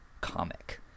comic